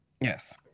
Yes